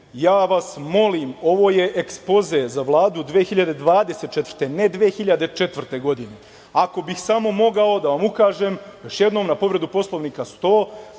Ja vas molim, ovo je ekspoze za Vladu 2024. ne 2004. godine. Ako bih samo mogao da vam ukažem još jednom na povredu Poslovnika 100.